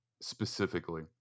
specifically